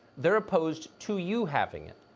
they are opposed to you having it.